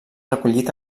recollit